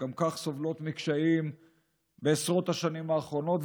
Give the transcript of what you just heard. שגם כך סובלות מקשיים בעשרות השנים האחרונות,